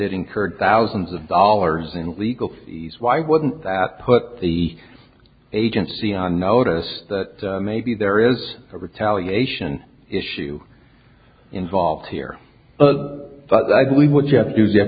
incurred thousands of dollars in legal fees why wouldn't that put the agency on notice that maybe there is a retaliation issue involved here but i believe what you have to get